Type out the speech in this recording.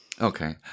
Okay